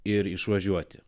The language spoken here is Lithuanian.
ir išvažiuoti